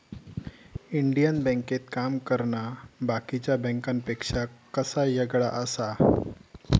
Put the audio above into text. Indian बँकेत काम करना बाकीच्या बँकांपेक्षा कसा येगळा आसा?